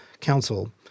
council